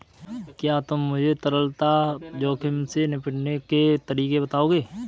क्या तुम मुझे तरलता जोखिम से निपटने के तरीके बताओगे?